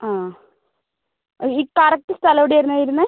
ആ ഇ ഈ കറക്റ്റ് സ്ഥലം എവിടെ ആയിരുന്നു വരുന്നത്